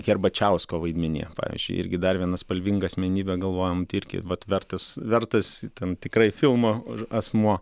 herbačiausko vaidmenyje pavyzdžiui irgi dar viena spalvinga asmenybė galvojam tai irgi vat vertas vertas tam tikrai filmo asmuo